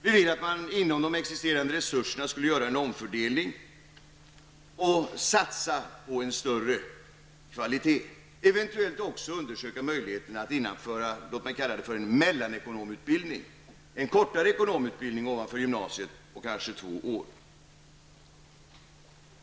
Vi vill att man inom de existerande resurserna skall göra en omfördelning och satsa på en större kvalitet och eventuellt också undersöka möjligheter att införa något som jag vill kalla en mellanekonomutbildning, en kortare ekonomutbildning ovanpå gymnasiet på kanske två år.